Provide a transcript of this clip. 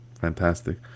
fantastic